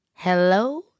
Hello